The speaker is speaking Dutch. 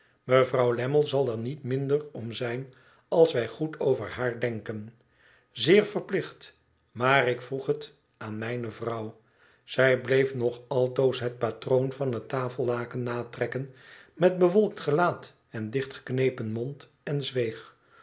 mevrouw lammie zal er niet minder om zijn als wij goed over haar denken zeer verplicht maar ik vroeg het aan mijne vrouw zij bleef nog altoos het patroon van het taiellaken natrekken met bewolkt gelaat en dicht geknepen mond en zweeg